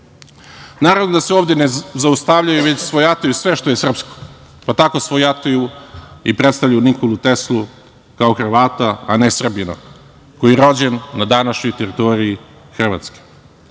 pisma. Naravno da se ovde ne zaustavljaju, već svojataju sve što je srpsko, pa tako svojataju i predstavljaju Nikolu Teslu kao Hrvata a ne Srbina, koji je rođen na današnjoj teritoriji Hrvatske,